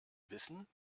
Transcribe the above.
wissen